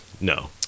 no